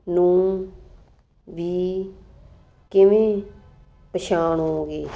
ਨੂੰ ਵੀ ਕਿਵੇਂ ਪਛਾਣੋਗੇ